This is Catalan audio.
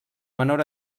menor